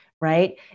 right